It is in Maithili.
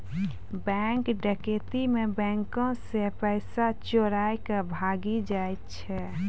बैंक डकैती मे बैंको से पैसा चोराय के भागी जाय छै